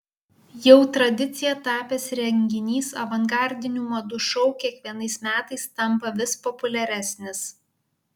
jau tradicija tapęs renginys avangardinių madų šou kiekvienais metais tampa vis populiaresnis